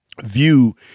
view